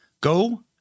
Go